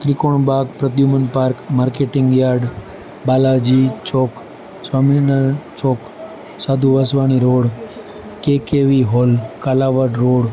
ત્રિકોણ Baug Pradyuman Park Marketing Yard Balaji Chowk Swaminarayan Chowk Sadhu Vaswani Road KKV Hall Kalawad road